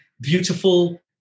beautiful